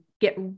get